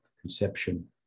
conception